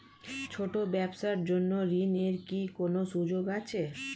ছোট ব্যবসার জন্য ঋণ এর কি কোন সুযোগ আছে?